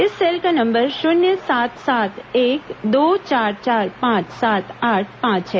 इस सेल का नंबर शून्य सात सात एक दो चार चार पांच सात आठ पांच है